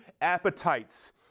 appetites